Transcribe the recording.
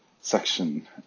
section